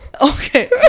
okay